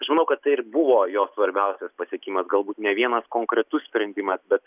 žinau kad tai ir buvo jo svarbiausias pasiekimas galbūt ne vienas konkretus sprendimas bet